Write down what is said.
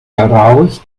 heraus